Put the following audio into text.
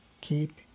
Keep